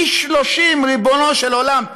פי-30, ריבונו של עולם.